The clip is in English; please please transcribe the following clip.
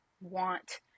want